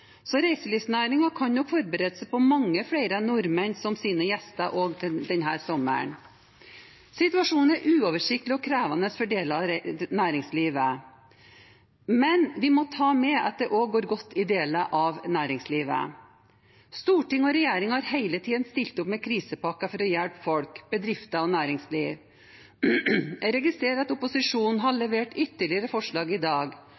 Så reiselivsnæringen kan nok forberede seg på mange flere nordmenn som sine gjester også denne sommeren. Situasjonen er uoversiktlig og krevende for deler av næringslivet. Men vi må ta med at det også går godt i deler av næringslivet. Storting og regjering har hele tiden stilt opp med krisepakker for å hjelpe folk, bedrifter og næringsliv. Jeg registrerer at opposisjonen har levert ytterligere forslag i dag.